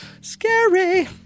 scary